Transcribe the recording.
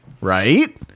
Right